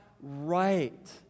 right